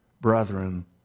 Brethren